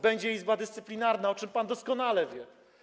Będzie Izba Dyscyplinarna, o czym pan doskonale wie.